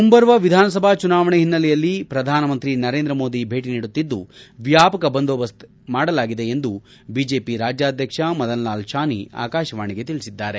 ಮುಂಬರುವ ವಿಧಾನಸಭಾ ಚುನಾವಣೆ ಹಿನ್ನೆಲೆಯಲ್ಲಿ ಪ್ರಧಾನಮಂತ್ರಿ ನರೇಂದ್ರ ಮೋದಿ ಭೇಟಿ ನೀಡುತ್ತಿದ್ದು ವ್ಯಾಪಕ ಬಂದೋಬಸ್ತ್ ಮಾಡಲಾಗಿದೆ ಎಂದು ಬಿಜೆಪಿ ರಾಜ್ಯಾಧ್ಯಕ್ಷ ಮದನ್ಲಾಲ್ಶಾನಿ ಆಕಾಶವಾಣಿಗೆ ತಿಳಿಸಿದ್ದಾರೆ